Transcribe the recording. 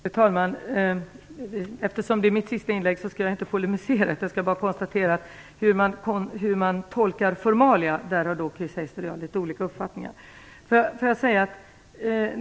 Fru talman! Eftersom det här är mitt sista inlägg skall jag inte polemisera. Jag vill då bara konstatera att Chris Heister och jag har litet olika uppfattningar om hur formalia skall tolkas.